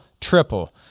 triple